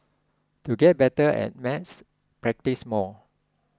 to get better at maths practise more